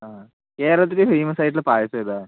ആ കേരളത്തിലെ ഫേമസ് ആയിട്ടുള്ള പായസമേതാണ്